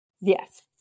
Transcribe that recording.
yes